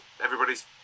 everybody's